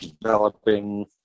developing